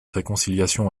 réconciliation